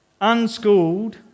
unschooled